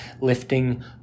lifting